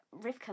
Rivka